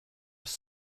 have